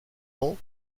ans